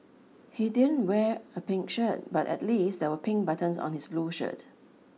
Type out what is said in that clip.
he didn't wear a pink shirt but at least there were pink buttons on his blue shirt